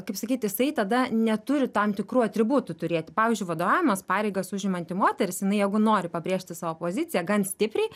kaip sakyt jisai tada neturi tam tikrų atributų turėti pavyzdžiui vadovaujamas pareigas užimanti moteris jinai jeigu nori pabrėžti savo poziciją gan stipriai